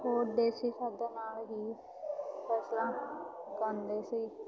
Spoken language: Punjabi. ਉਹ ਦੇਸੀ ਖਾਦਾਂ ਨਾਲ ਹੀ ਫਸਲਾਂ ਉਗਾਉਂਦੇ ਸੀ